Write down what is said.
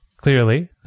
clearly